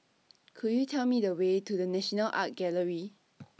Could YOU Tell Me The Way to The National Art Gallery